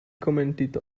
commented